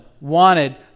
wanted